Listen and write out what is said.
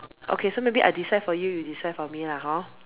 okay so maybe I decide for you you decide for me lah hor